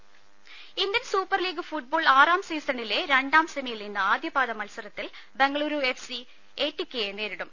ദർദ Indian super league football ആറാം സീസണിലെ രണ്ടാം സെമിയിൽ ഇന്ന് ആദ്യപാദ മത്സരത്തിൽ Bengaluru F C A T കെയെ നേരിടും